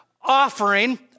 offering